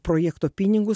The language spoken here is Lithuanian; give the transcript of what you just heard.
projekto pinigus